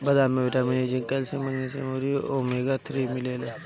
बदाम में vitamin E, zinc, calcium, magnesium अउरी ओमेगा थ्री मिलेला